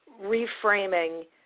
reframing